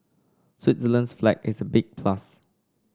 Switzerland's flag is a big plus